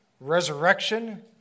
resurrection